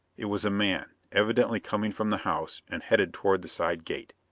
it was a man, evidently coming from the house and headed toward the side gate.